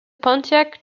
pontiac